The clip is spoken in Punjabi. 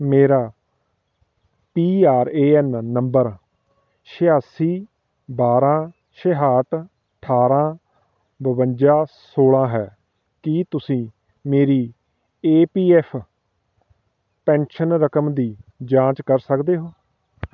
ਮੇਰਾ ਪੀ ਆਰ ਏ ਐੱਨ ਨੰਬਰ ਛਿਆਸੀ ਬਾਰਾਂ ਛਿਆਹਠ ਅਠਾਰਾਂ ਬਵੰਜਾ ਸੌਲਾਂ ਹੈ ਕੀ ਤੁਸੀਂ ਮੇਰੀ ਏ ਪੀ ਐੱਫ ਪੈਨਸ਼ਨ ਰਕਮ ਦੀ ਜਾਂਚ ਕਰ ਸਕਦੇ ਹੋ